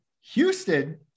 Houston